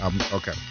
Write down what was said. Okay